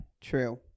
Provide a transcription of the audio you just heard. true